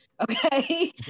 okay